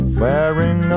wearing